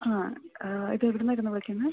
ആ ഇത് എവിടെ നിന്നായിരുന്നു വിളിക്കുന്നത്